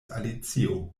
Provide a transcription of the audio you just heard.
alicio